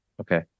Okay